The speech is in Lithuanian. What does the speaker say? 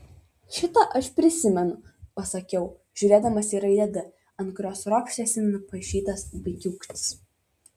šitą aš prisimenu pasakiau žiūrėdamas į raidę d ant kurios ropštėsi nupaišytas vaikiūkštis